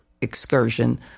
excursion